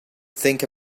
think